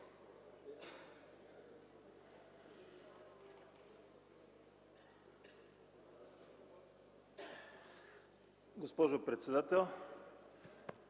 Госпожо председател,